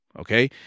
Okay